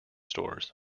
stores